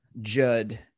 Judd